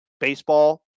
baseball